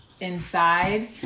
inside